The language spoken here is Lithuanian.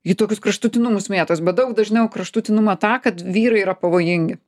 į tokius kraštutinumus mėtos bet daug dažniau į kraštutinumą tą kad vyrai yra pavojingi